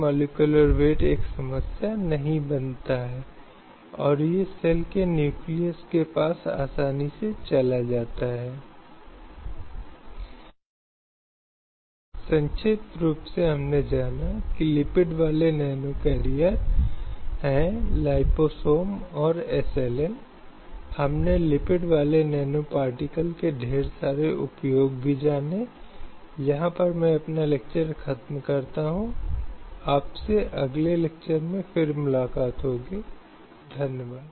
या बंधुआ मजदूरी भारत के सर्वोच्च न्यायालय के साथ साथ उच्च न्यायालय के समक्ष कई ऐसी याचिकाएँ रही हैं ताकि लोगों के मौलिक अधिकारों को बरकरार रखा जा सके और अदालत को यह देखने के लिए उचित दिशा निर्देश पारित करने पड़ें कि एक उपयुक्त प्रवर्तन किया गया है इन अधिकारों में से प्रत्येक और परिणामस्वरूप ऐसी भेदभाव पूर्ण और मनमानी और अपमानजनक प्रथाओं जो समाज में मौजूद हैं को रोका जा सकता है